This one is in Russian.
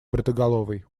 бритоголовый